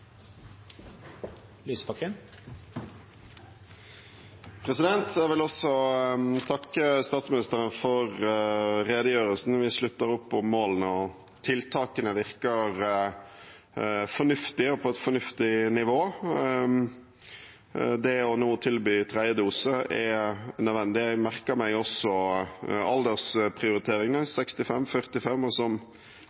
Jeg vil også takke statsministeren for redegjørelsen. Vi slutter opp om målene, og tiltakene virker fornuftige og å være på et fornuftig nivå. Det å nå tilby tredje dose er nødvendig. Jeg merket meg også